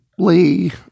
Lee